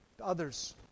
others